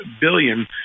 billion